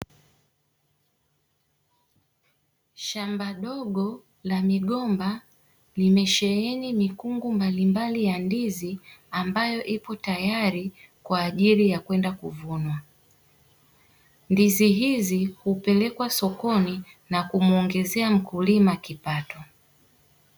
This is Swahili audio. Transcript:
Shamba dogo la migomba limesheheni mikungu mbalimbali ya ndizi, ambayo ipo tayari kwa ajili ya kwenda kuvunwa. Ndizi hizi hupelekwa sokoni na kumuongezea mkulima kipato.